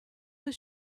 was